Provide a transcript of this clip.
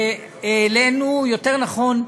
העלינו, יותר נכון,